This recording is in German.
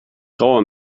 traue